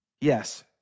Yes